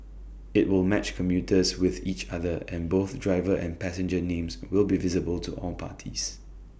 IT will match commuters with each other and both driver and passenger names will be visible to all parties